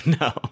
no